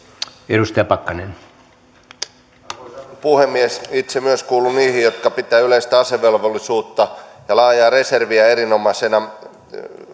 arvoisa puhemies itse myös kuulun niihin jotka pitävät yleistä asevelvollisuutta ja laajaa reserviä erinomaisena